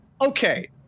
Okay